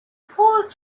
paused